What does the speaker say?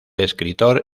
escritor